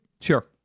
Sure